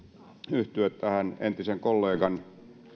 yhtyä tähän entisen kollegan